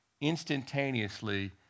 instantaneously